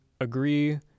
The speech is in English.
agree